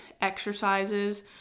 exercises